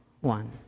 one